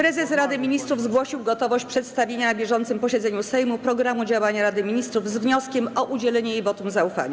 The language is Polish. Prezes Rady Ministrów zgłosił gotowość przedstawienia na bieżącym posiedzeniu Sejmu programu działania Rady Ministrów z wnioskiem o udzielenie jej wotum zaufania.